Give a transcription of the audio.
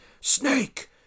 Snake